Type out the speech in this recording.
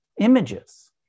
images